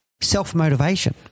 Self-motivation